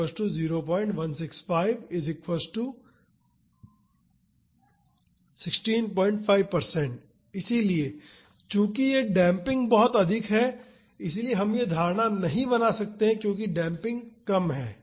≈ 2jπξ इसलिए चूंकि यह डेम्पिंग बहुत अधिक है इसलिए हम यह धारणा नहीं बना सकते क्योंकि डेम्पिंग कम है